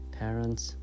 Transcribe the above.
parents